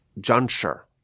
juncture